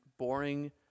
boring